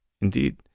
indeed